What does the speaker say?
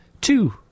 two